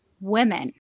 women